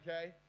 Okay